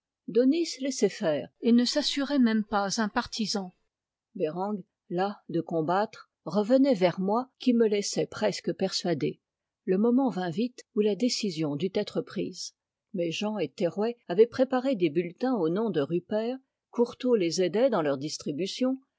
daunis laissait faire et ne s'assurait même pas un partisan bereng las de combattre revenait vers moi qui me laissais presque persuader le moment vint vite où la décision dut être prise méjean et terrouet avaient préparé des bulletins au nom de rupert couriot les aidait dans leur distribution